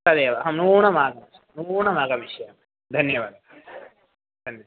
तदेव अहं नूनमागमिष्यामि नूनमागमिष्यामि धन्यवादः धन्य